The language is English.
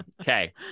okay